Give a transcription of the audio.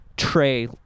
tray